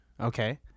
Okay